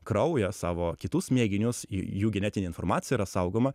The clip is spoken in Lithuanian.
kraują savo kitus mėginius į jų genetinė informacija yra saugoma